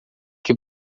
que